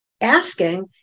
asking